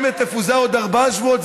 אם היא תפוזר בעוד ארבעה שבועות,